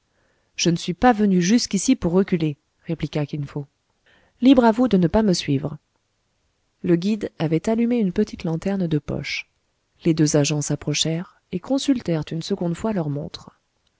je ne suis pas venu jusqu'ici pour reculer répliqua kin fo libre à vous de ne pas me suivre le guide avait allumé une petite lanterne de poche les deux agents s'approchèrent et consultèrent une seconde fois leur montre